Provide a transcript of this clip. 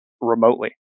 remotely